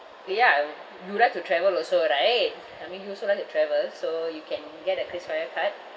ya mm you like to travel also right I mean you also like to travel so you can get a Krisflyer card